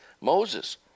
Moses